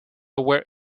were